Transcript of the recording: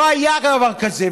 לא היה דבר כזה.